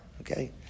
Okay